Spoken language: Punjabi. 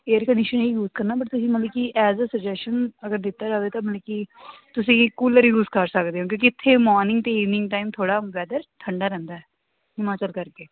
ਏਅਰ ਕੰਡੀਸ਼ਨ ਹੀ ਯੂਜ ਕਰਨਾ ਬਟ ਤੁਸੀਂ ਮਤਲਬ ਕਿ ਐਜ ਆ ਸੁਜੈਸ਼ਨ ਅਗਰ ਦਿੱਤਾ ਜਾਵੇ ਤਾਂ ਮਤਲਬ ਕਿ ਤੁਸੀਂ ਕੂਲਰ ਯੂਜ ਕਰ ਸਕਦੇ ਹੋ ਕਿਉਂਕਿ ਇੱਥੇ ਮੋਰਨਿੰਗ ਅਤੇ ਈਵਨਿੰਗ ਟਾਈਮ ਥੋੜ੍ਹਾ ਵੈਦਰ ਠੰਡਾ ਰਹਿੰਦਾ ਹਿਮਾਚਲ ਕਰਕੇ